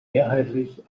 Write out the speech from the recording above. mehrheitlich